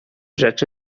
rzecz